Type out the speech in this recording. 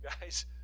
guys